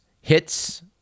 hits